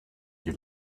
die